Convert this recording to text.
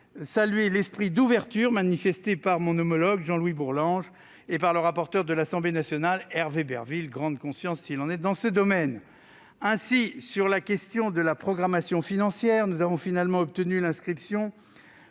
saluer l'esprit d'ouverture manifesté par mon homologue, Jean-Louis Bourlanges, et par le rapporteur de l'Assemblée nationale, Hervé Berville, grande conscience, s'il en est, dans ce domaine. Ainsi, sur la question de la programmation financière, nous avons finalement obtenu l'inscription,